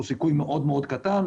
הוא סיכוי מאוד מאוד קטן,